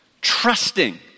trusting